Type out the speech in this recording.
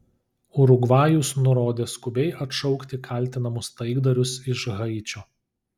urugvajus nurodė skubiai atšaukti kaltinamus taikdarius iš haičio